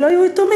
שלא יהיו יתומים.